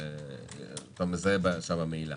שבה אתה מזהה מהילה,